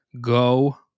go